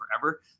forever